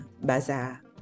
bazaar